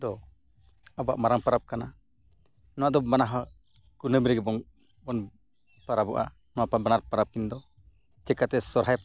ᱫᱚ ᱟᱵᱚᱣᱟᱜ ᱢᱟᱨᱟᱝ ᱯᱚᱨᱚᱵᱽ ᱠᱟᱱᱟ ᱱᱚᱣᱟᱫᱚ ᱵᱟᱱᱟᱦᱚᱲ ᱠᱩᱱᱟᱹᱢᱤ ᱨᱮᱜᱮ ᱵᱚᱱ ᱵᱚᱱ ᱯᱚᱨᱚᱵᱚᱜᱼᱟ ᱱᱚᱣᱟ ᱵᱟᱱᱟᱨ ᱯᱚᱨᱚᱵᱽ ᱠᱤᱱᱫᱚ ᱪᱤᱠᱟᱹᱛᱮ ᱥᱚᱦᱚᱨᱟᱭ